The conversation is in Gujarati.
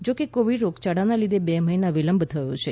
જો કે કોવીડ રોગયાળાને લીધે બે મહિના વિલંબ થયો છે